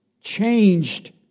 changed